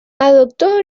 adoptó